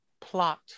Plot